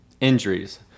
injuries